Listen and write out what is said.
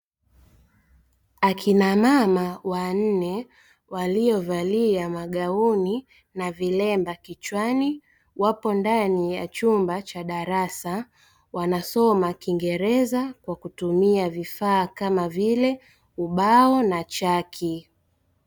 Akinamama wanne waliovalia magauni na vilemba kichwani, wapo ndani ya chumba cha darasa wanasoma kiingereza kwa kutumia vifaa kama vile: ubao na chaki.